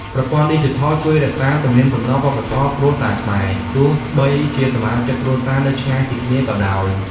ប្រព័ន្ធឌីជីថលជួយរក្សាទំនៀមទម្លាប់ វប្បធម៌គ្រួសារខ្មែរ ទោះបីជាសមាជិកគ្រួសារនៅឆ្ងាយពីគ្នាក៏ដោយ។